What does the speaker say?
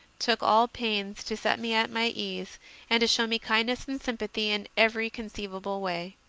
took all pains to set me at my ease and to show me kindness and sympathy in every conceivable way.